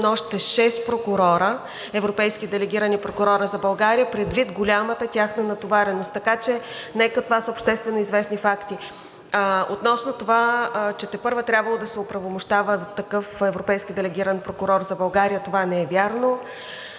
още шест европейски делегирани прокурори за България предвид голямата тяхна натовареност. Така че нека, това са обществено известни факти. Относно това, че тепърва трябвало да се упълномощава такъв европейски делегиран прокурор за България, това не е вярно.